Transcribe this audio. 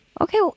Okay